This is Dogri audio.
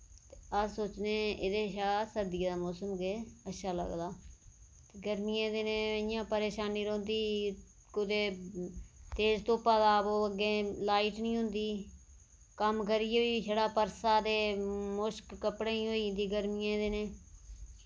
अस सोचने ओह्दे शा सर्दियें दा मौसम गै अच्छा लगदा गर्मियें दिनै इ'यां परेशानी रौंह्दी कुतै तेज धुप्पें दा ओह् अग्गें लाइट नेईं होंदी कम्म करियै बी छड़ा परसा ते मुश्क कपड़ें गी होई जंदी गर्मियें दिनें